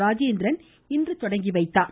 ராஜேந்திரன் இன்று தொடங்கி வைத்தார்